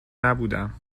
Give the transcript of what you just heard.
نبودم